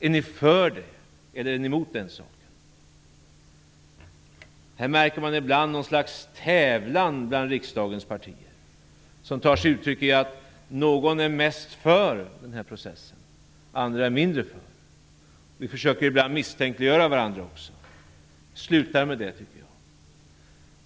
Är ni för detta, eller är ni mot detta? I detta sammanhang märker man ibland någon sorts tävlan bland riksdagens partier som tar sig uttryck i att någon är mest för den här processen, andra är mindre för. Vi försöker ibland också misstänkliggöra varandra. Jag tycker att vi skall sluta med det. Det